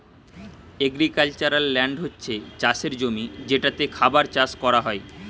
agricultural land হচ্ছে চাষের জমি যেটাতে খাবার চাষ কোরা হয়